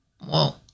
Whoa